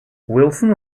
wilson